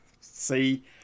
See